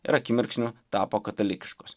ir akimirksniu tapo katalikiškos